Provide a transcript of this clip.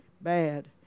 bad